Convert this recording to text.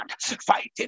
fighting